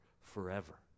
forever